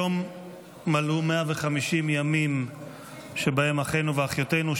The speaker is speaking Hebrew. היום מלאו 150 ימים שבהם אחינו ואחיותינו,